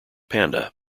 panda